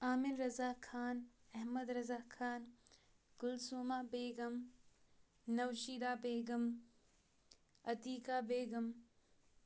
Aamir Raza Khan Ahmad Raza Khan Kulsuma Begum Nausheeda Begum Atiqa Begum